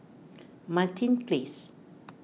Martin Place